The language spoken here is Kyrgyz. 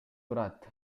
турат